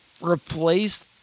replace